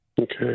Okay